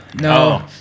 No